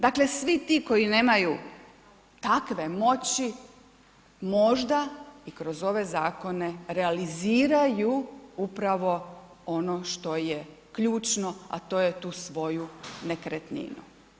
Dakle, svi ti koji nemaju takve moći, možda i kroz ove zakone realiziraju upravo ono što je ključno, a to je tu svoju nekretninu.